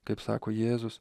kaip sako jėzus